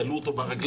תלו אותו ברגליים,